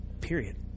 Period